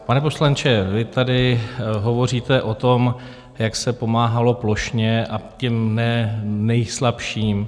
Pane poslanče, vy tady hovoříte o tom, jak se pomáhalo plošně a těm ne nejslabším.